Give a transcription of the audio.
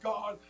God